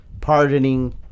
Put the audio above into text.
pardoning